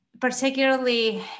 Particularly